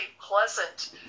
pleasant